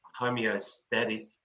homeostatic